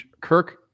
Kirk